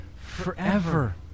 forever